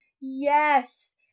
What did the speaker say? Yes